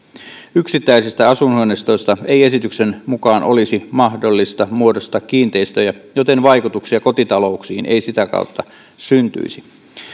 yksittäisistä asuinhuoneistoista ei esityksen mukaan olisi mahdollista muodostaa kiinteistöjä joten vaikutuksia kotitalouksiin ei sitä kautta syntyisi